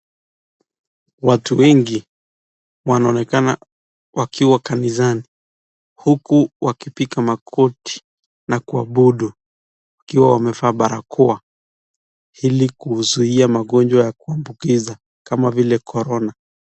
Watu wengi wanaonekana wakiwa kanisani huku wakipiga magoti na kuabudu wakiwa wamevaa barakoa ili kuzuia magonjwa ya kuambukiza kama vile Corona.